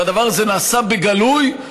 הדבר הזה נעשה בגלוי,